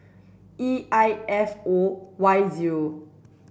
E I F O Y zero